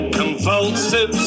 convulsive